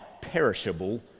perishable